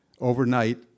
overnight